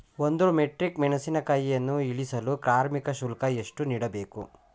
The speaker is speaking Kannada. ಒಂದು ಮೆಟ್ರಿಕ್ ಮೆಣಸಿನಕಾಯಿಯನ್ನು ಇಳಿಸಲು ಕಾರ್ಮಿಕ ಶುಲ್ಕ ಎಷ್ಟು ನೀಡಬೇಕು?